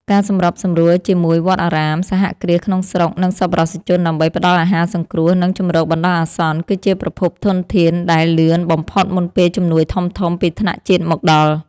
ការសម្របសម្រួលជាមួយវត្តអារាម សហគ្រាសក្នុងស្រុក និងសប្បុរសជនដើម្បីផ្ដល់អាហារសង្គ្រោះ និងជម្រកបណ្ដោះអាសន្ន គឺជាប្រភពធនធានដែលលឿនបំផុតមុនពេលជំនួយធំៗពីថ្នាក់ជាតិមកដល់។